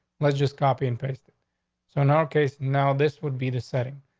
let's just copy and face. so in our case now, this would be the setting.